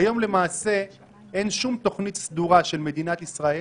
כיום למעשה אין שום תוכנית סדורה של מדינת ישראל